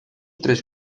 tres